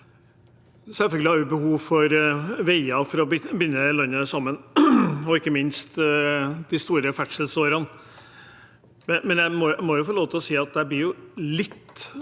Selvfølgelig har vi behov for veier for å binde landet sammen, og ikke minst de store ferdselsårene. Men jeg må få lov til å si at jeg blir litt overrasket